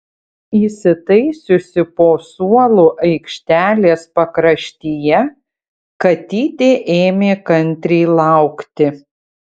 įsitaisiusi po suolu aikštelės pakraštyje katytė ėmė kantriai laukti